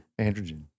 Androgen